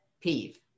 peeve